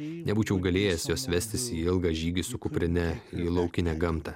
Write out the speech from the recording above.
nebūčiau galėjęs jos vestis į ilgą žygį su kuprine į laukinę gamtą